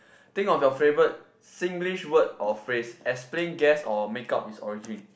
think of your favorite Singlish word or phrase explain guess or make up its origin